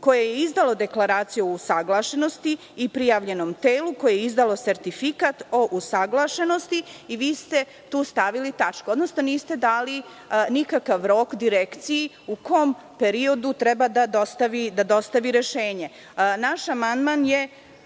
koje je izdalo Deklaraciju o usaglašenosti i prijavljenom telu koje je izdalo sertifikat o usaglašenosti. Vi ste tu stavili tačku, odnosno niste da li nikakav rok Direkciji u kom periodu treba da dostavi rešenje. Kada razmislim,